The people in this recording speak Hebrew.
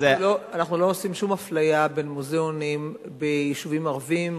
אנחנו לא עושים שום אפליה בין מוזיאונים ביישובים ערביים,